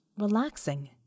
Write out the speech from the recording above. relaxing